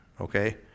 okay